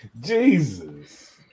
Jesus